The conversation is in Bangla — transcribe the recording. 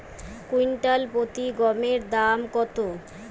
কুইন্টাল প্রতি গমের দাম কত?